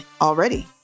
already